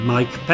Mike